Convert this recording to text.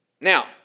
Now